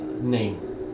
name